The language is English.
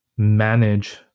manage